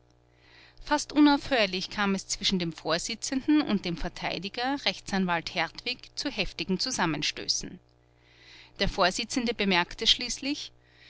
fast unaufhörlich kam es zwischen dem vorsitzenden und dem verteidiger rechtsanwalt hertwig zu heftigen zusammenstößen der vorsitzende bemerkte schließlich